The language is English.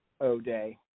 O-Day